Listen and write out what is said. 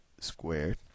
squared